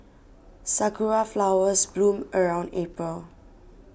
sakura flowers bloom around April